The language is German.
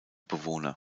bewohner